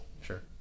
Sure